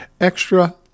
extra